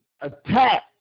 attack